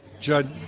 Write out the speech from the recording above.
Judd